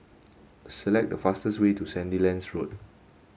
select the fastest way to Sandilands Road